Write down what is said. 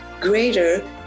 greater